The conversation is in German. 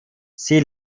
sie